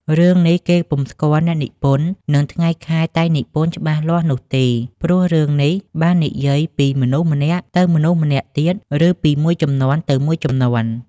រឿងនេះ គេពុំស្គាល់អ្នកនិពន្ធ និងថ្ងៃខែតែងនិពន្ធច្បាស់លាស់នោះទេ ព្រោះរឿងនេះបានបន្តនិយាយពីមនុស្សម្នាក់ទៅមនុស្សម្នាក់ទៀត ឬពីមួយជំនាន់ទៅមួយជំនាន់។